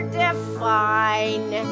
define